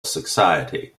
society